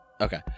Okay